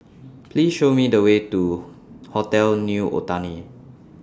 Please Show Me The Way to Hotel New Otani